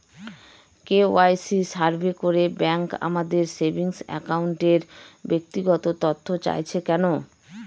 KYC survey করে bank আমাদের saving অ্যাকাউন্টের ব্যক্তিগত তথ্য চাইছে কেন?